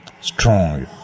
strong